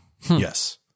Yes